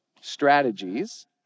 strategies